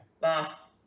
last